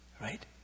Right